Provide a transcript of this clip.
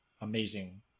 amazing